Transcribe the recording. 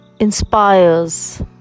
inspires